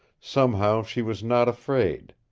somehow she was not afraid.